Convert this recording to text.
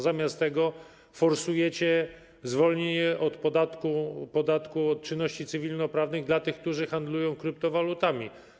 Zamiast tego forsujecie zwolnienie od podatku od czynności cywilnoprawnych dla tych, którzy handlują kryptowalutami.